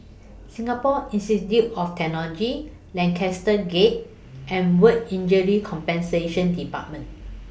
Singapore Institute of Technology Lancaster Gate and Work Injury Compensation department